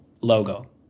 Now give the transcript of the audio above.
logo